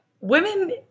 women